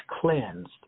cleansed